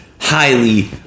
highly